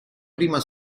prima